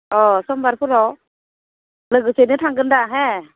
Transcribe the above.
अ समबारफोराव लोगोसेनो थांगोन दा हे